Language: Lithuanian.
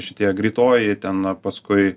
šitie greitoji ten paskui